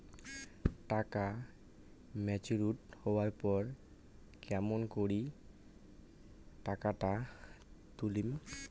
টাকা ম্যাচিওরড হবার পর কেমন করি টাকাটা তুলিম?